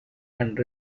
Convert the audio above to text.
and